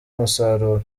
umusaruro